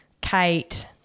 Kate